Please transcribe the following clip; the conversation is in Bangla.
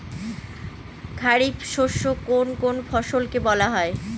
খারিফ শস্য কোন কোন ফসলকে বলা হয়?